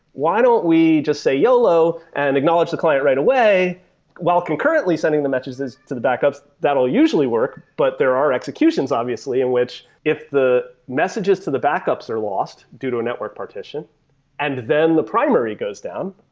why don't we just say, hello and acknowledge the client right away while concurrently sending the matches to the backups. that'll usually work, but there are executions obviously in which if the messages to the backups are lost due to a network partition and then the primary goes down,